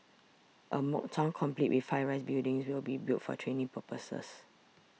a mock town complete with high rise buildings will be built for training purposes